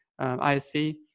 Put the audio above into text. ISC